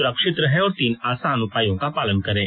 सुरक्षित रहें और तीन आसान उपायों का पालन करें